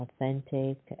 authentic